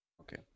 Okay